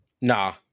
nah